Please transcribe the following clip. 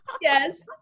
Yes